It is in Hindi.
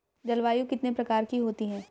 जलवायु कितने प्रकार की होती हैं?